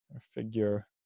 figure